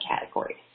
categories